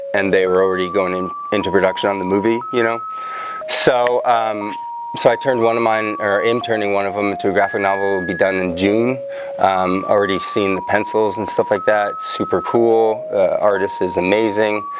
and they were already going into production on the movie. you know so um so i turned one of mine or em turning one of them into a graphic novel will be done in june already seen the pencils and stuff like that super cool artist is amazing